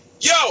Yo